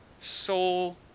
soul